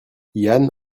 yann